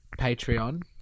Patreon